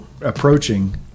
approaching